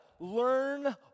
Learn